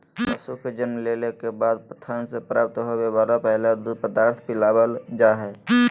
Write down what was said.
पशु के जन्म लेला के बाद थन से प्राप्त होवे वला पहला दूध पदार्थ पिलावल जा हई